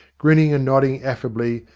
grinning and nodding affably,